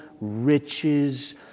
riches